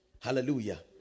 Hallelujah